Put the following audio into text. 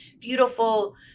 beautiful